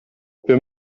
wir